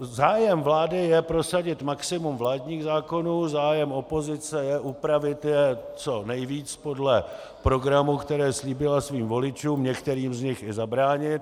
Zájem vlády je prosadit maximum vládních zákonů, zájem opozice je upravit je co nejvíc podle programu, který slíbila svým voličům, některým z nich i zabránit.